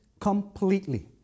completely